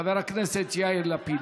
חבר הכנסת יאיר לפיד,